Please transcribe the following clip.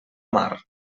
mar